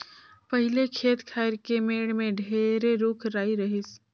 पहिले खेत खायर के मेड़ में ढेरे रूख राई रहिस